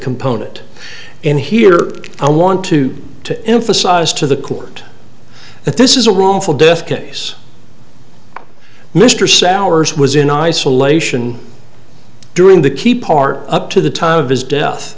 component and here i want to to emphasize to the court that this is a wrongful death case mr souers was in isolation during the key part up to the time of his death